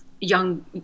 young